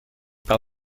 par